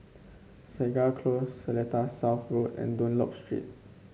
Segar Close Seletar South Road and Dunlop Street